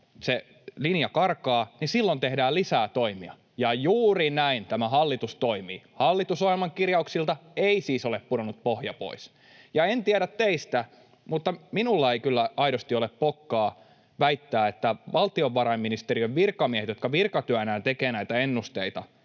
se linja karkaa, niin silloin tehdään lisää toimia. Ja juuri näin tämä hallitus toimii. Hallitusohjelman kirjauksilta ei siis ole pudonnut pohja pois. Ja en tiedä teistä, mutta minulla ei kyllä aidosti ole pokkaa väittää, että valtiovarainministeriön virkamiehillä, jotka virkatyönään tekevät näitä ennusteita,